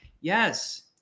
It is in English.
Yes